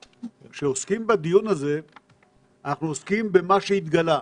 כשעוסקים בדיון הזה אנחנו עוסקים במה שהתגלה.